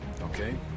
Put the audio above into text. okay